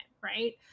right